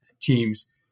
teams